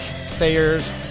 Sayers